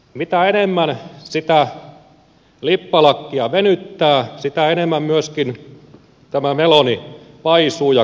mitä enemmän sitä lippalakkia venyttää sitä enemmän myöskin tämä meloni paisuu ja kasvaa kokoa